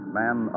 man